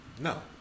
No